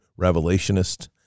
revelationist